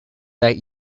that